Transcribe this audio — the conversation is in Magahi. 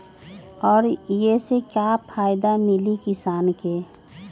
और ये से का फायदा मिली किसान के?